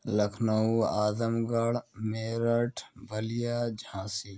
Lucknow Azamgarh Meerut Ballia Jhansi